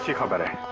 yeah covered a